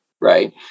Right